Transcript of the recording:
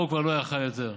פה הוא כבר לא יכול היה יותר.